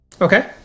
okay